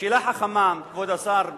שאלה חכמה, כבוד השר איתן,